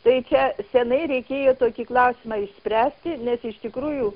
tai čia senai reikėjo tokį klausimą išspręsti nes iš tikrųjų